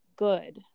good